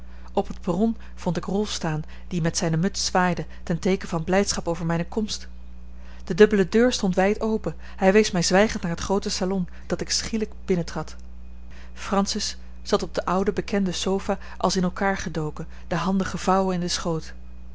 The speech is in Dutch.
op het perron vond ik rolf staan die met zijne muts zwaaide ten teeken van blijdschap over mijne komst de dubbele deur stond wijd open hij wees mij zwijgend naar het groote salon dat ik schielijk binnentrad francis zat op de oude bekende sofa als in elkaar gedoken de handen gevouwen in den schoot